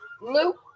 luke